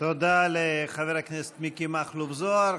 תודה לחבר הכנסת מיקי מכלוף זוהר.